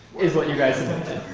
is what you guys invented.